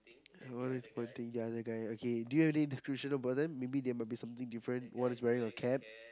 one is pointing ya that guy do you have any description about them maybe there might be something different one is wearing a cap